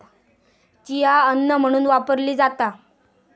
chia अन्न म्हणून वापरली जाता